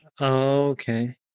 Okay